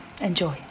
Enjoy